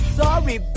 sorry